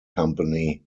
company